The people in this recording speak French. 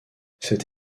cette